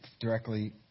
directly